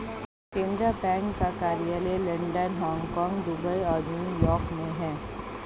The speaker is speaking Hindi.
केनरा बैंक का कार्यालय लंदन हांगकांग दुबई और न्यू यॉर्क में है